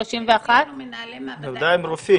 כן, אצלנו מנהלי מעבדה הם --- הם רופאים?